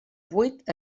vuit